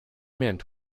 mint